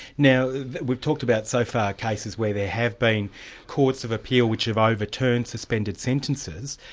now we've talked about so far cases where there have been courts of appeal which have overturned suspended sentences.